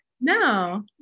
No